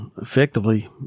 effectively